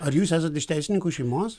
ar jūs esat iš teisininkų šeimos